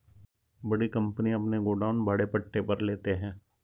बड़ी कंपनियां अपने गोडाउन भाड़े पट्टे पर लेते हैं